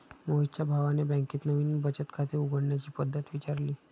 मोहितच्या भावाने बँकेत नवीन बचत खाते उघडण्याची पद्धत विचारली